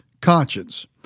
conscience